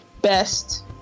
best